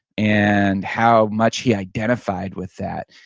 and how much he identified with that,